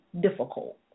difficult